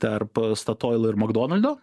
tarp statoil ir makdonaldo